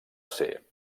ser